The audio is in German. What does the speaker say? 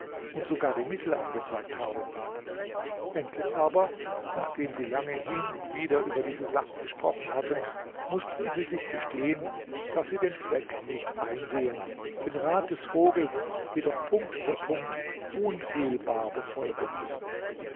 und sogar die mittel angezeigt habe endlich aber nachdem sie lange hin und wieder über diese sache gesprochen hatten mußten sie sich gestehen daß sie den zweck nicht einsehen den rat des vogels jedoch punkt für punkt unfehlbar befolgen müssen